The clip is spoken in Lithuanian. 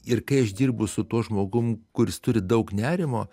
ir kai aš dirbu su tuo žmogum kuris turi daug nerimo